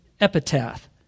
epitaph